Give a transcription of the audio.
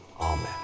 Amen